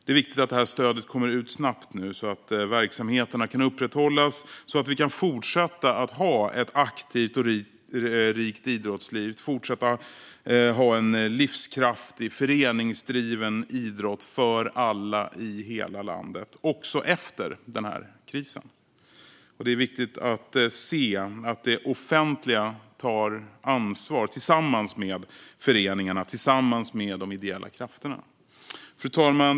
Det är viktigt att stödet nu kommer ut snabbt så att verksamheterna kan upprätthållas och så att vi kan fortsätta att ha ett aktivt och rikt idrottsliv och en livskraftig, föreningsdriven idrott för alla i hela landet också efter den här krisen. Det är viktigt att se att det offentliga tar ansvar tillsammans med föreningarna och de ideella krafterna. Fru talman!